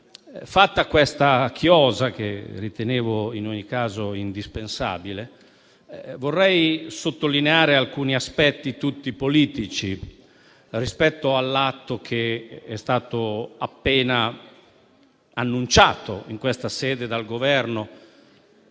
Fatta questa chiosa, che ritenevo in ogni caso indispensabile, vorrei sottolineare alcuni aspetti tutti politici rispetto all'atto che è stato appena annunciato in questa sede dal Governo,